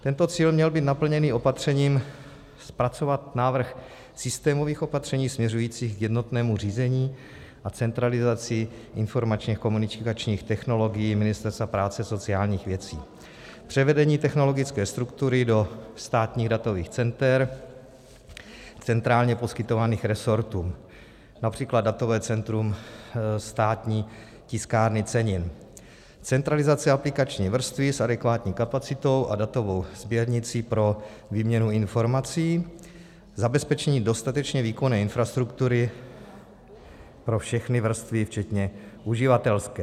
Tento cíl měl být naplněný opatřením zpracovat návrh systémových opatření směřujících k jednotnému řízení a centralizaci informačněkomunikačních technologií Ministerstva práce a sociálních věcí, převedení technologické struktury do státních datových center centrálně poskytovaných resortům, např. datové centrum Státní tiskárny cenin, centralizace aplikační vrstvy s adekvátní kapacitou a datovou sběrnicí pro výměnu informací, zabezpečení dostatečně výkonné infrastruktury pro všechny vrstvy včetně uživatelské.